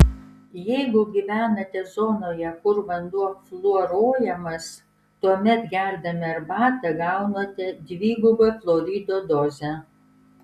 jeigu gyvenate zonoje kur vanduo fluoruojamas tuomet gerdami arbatą gaunate dvigubą fluorido dozę